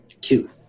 Two